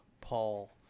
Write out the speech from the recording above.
Paul